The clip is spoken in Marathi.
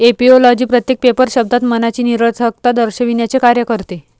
ऍपिओलॉजी प्रत्येक पेपर शब्दात मनाची निरर्थकता दर्शविण्याचे कार्य करते